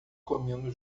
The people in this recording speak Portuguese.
comendo